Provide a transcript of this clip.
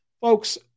folks